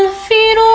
ah fear